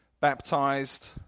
baptized